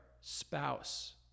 spouse